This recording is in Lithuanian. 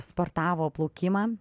sportavo plaukimą